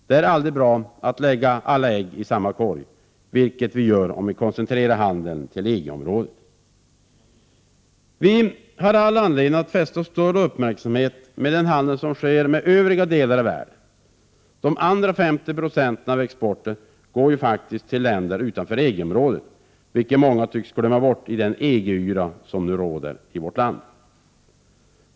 Det är aldrig bra att lägga alla ägg i samma korg, vilket vi gör om vi koncentrerar handeln till EG-området. Vi har all anledning att fästa större uppmärksamhet vid den handel som sker med övriga delar av världen. Ca 50 96 av exporten går faktiskt till länder utanför EG-området, vilket många tycks glömma bort i den ”EG-yra” som nu råder i vårt land.